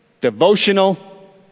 devotional